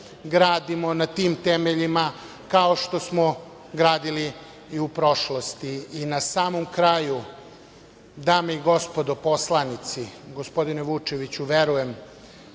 gradimo na tim temeljima kao što smo gradili i u prošlosti. Na samom kraju, dame i gospodo poslanici, gospodine Vučeviću, verujem